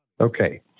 Okay